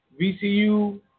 VCU